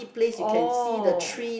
oh